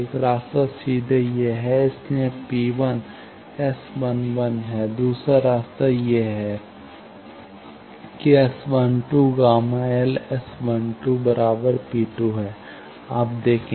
एक रास्ता सीधे यह है इसलिए P1 S 11 है दूसरा रास्ता यह है कि S12 Γ L S12 P2 आप देखें